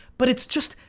but it's just,